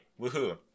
woohoo